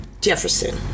Jefferson